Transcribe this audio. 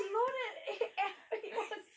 loaded in every ways